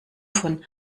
von